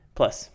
Plus